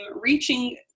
reaching